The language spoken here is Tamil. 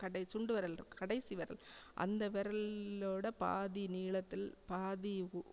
கடை சுண்டு விரல் இருக்கும் கடைசி விரல் அந்த விரல்லோட பாதி நீளத்தில் பாதி